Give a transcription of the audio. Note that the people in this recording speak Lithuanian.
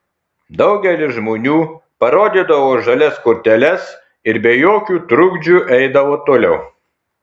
daugelis žmonių parodydavo žalias korteles ir be jokių trukdžių eidavo toliau